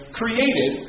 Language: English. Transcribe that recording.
created